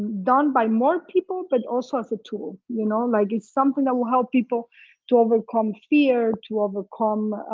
done by more people but also as a tool, you know. like it's something that will help people to overcome fear, to overcome